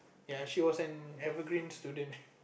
ya she was an evergreen student